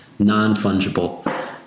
non-fungible